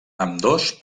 ambdós